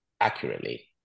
accurately